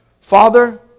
Father